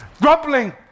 Grumbling